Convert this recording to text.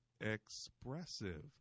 expressive